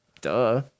Duh